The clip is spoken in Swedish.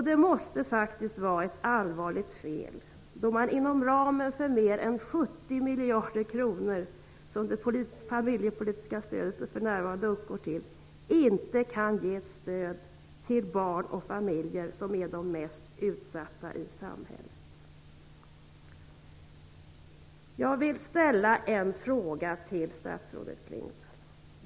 Det måste faktiskt vara något allvarligt fel när man inom ramen för mer än 70 miljarder kronor, som det familjepolitiska stödet för närvarande uppgår till, inte kan ge stöd till de barn och familjer som är mest utsatta i samhället.